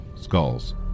skulls